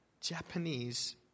Japanese